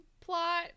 plot